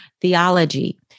theology